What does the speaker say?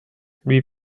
lui